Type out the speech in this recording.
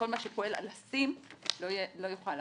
כל מה שפועל על הסים לא יוכל לעבור.